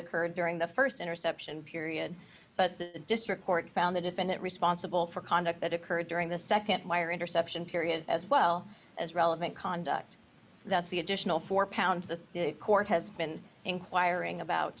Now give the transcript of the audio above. occurred during the st interception period but the district court found the defendant responsible for conduct that occurred during the nd wire interception period as well as relevant conduct that's the additional four pounds the court has been inquiring about